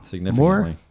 more